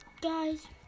guys